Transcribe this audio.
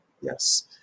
Yes